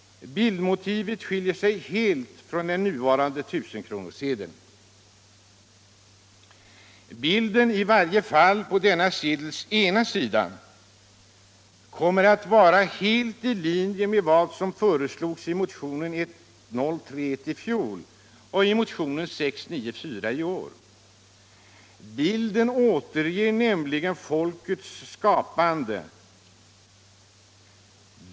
Bildmotivet skiljer sig helt från den nuvarande tusenkronorssedelns. Bilden — i varje fall på sedelns ena sida —- kommer att vara helt i linje med vad som föreslogs i motionen 1031 i fjol och i motionen 694 i år. Bilden återger nämligen ett skapande.